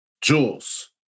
Jules